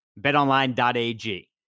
BetOnline.ag